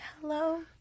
Hello